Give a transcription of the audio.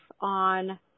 on